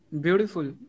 Beautiful